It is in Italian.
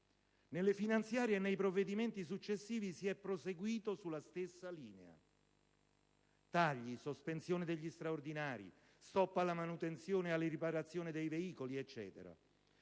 Nelle finanziarie e nei provvedimenti successivi si è proseguito sulla stessa linea: tagli, sospensione degli straordinari, stop alla manutenzione e alle riparazioni dei veicoli e